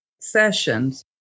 sessions